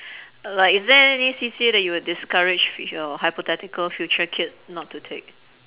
uh like is there any C_C_A that you would discourage your hypothetical future kid not to take